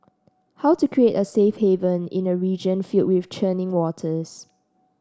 how to create a safe haven in a region fill with churning waters